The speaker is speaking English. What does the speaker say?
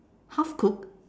half cooked